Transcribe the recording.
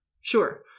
Sure